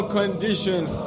conditions